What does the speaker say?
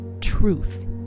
truth